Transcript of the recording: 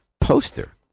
poster